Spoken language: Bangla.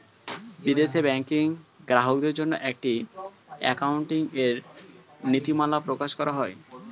বিদেশে ব্যাংকিং গ্রাহকদের জন্য একটি অ্যাকাউন্টিং এর নীতিমালা প্রকাশ করা হয়